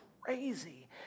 crazy